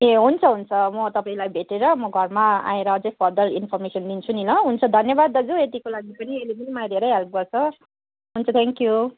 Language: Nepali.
ए हुन्छ हुन्छ म तपाईँलाई भेटेर म घरमा आएर अझै फर्दर इन्फमेसन लिन्छु नि ल हुन्छ धन्यवाद दाजु यतिको लागि पनि अहिले पनि मलाई धेरै हेल्प गर्छ हुन्छ थ्याङ्क्यु